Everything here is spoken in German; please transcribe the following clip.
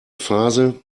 phase